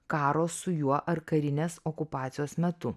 karo su juo ar karinės okupacijos metu